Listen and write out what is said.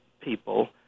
people